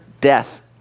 death